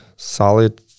solid